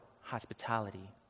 hospitality